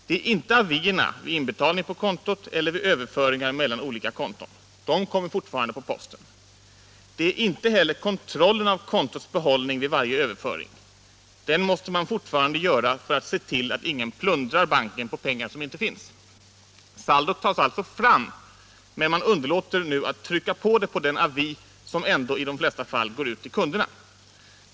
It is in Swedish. Det är inte avierna vid inbetalning på kontot eller vid överföringar mellan olika konton. De kommer fortfarande på posten. Det är inte heller kontrollen av kontots behållning vid varje överföring. Den måste man fortfarande göra för att se till att ingen plundrar banken på pengar som inte finns. Saldot tas alltså fram, men man underlåter nu att trycka det på den avi som ändå i de flesta fall går ut till kunderna.